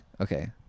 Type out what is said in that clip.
Okay